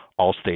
Allstate's